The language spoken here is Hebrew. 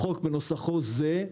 החוק בנוסחו זה,